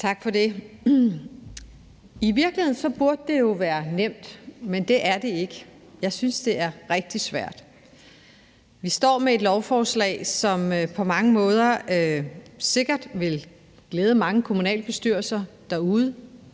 det, formand. I virkeligheden burde jo være nemt, men det er det ikke. Jeg synes, at det er rigtig svært. Vi står med et lovforslag, som på mange måder sikkert vil glæde mange kommunalbestyrelser derude